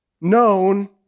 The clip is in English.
known